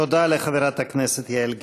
תודה לחברת הכנסת יעל גרמן.